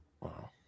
wow